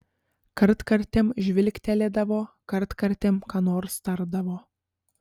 kartkartėm žvilgtelėdavo kartkartėm ką nors tardavo